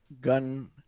gun